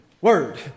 word